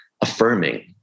affirming